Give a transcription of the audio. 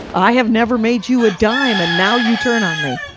i have never made you a dime, and now you turn on me!